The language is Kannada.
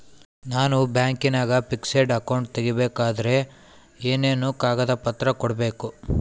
ನಾನು ಬ್ಯಾಂಕಿನಾಗ ಫಿಕ್ಸೆಡ್ ಅಕೌಂಟ್ ತೆರಿಬೇಕಾದರೆ ಏನೇನು ಕಾಗದ ಪತ್ರ ಕೊಡ್ಬೇಕು?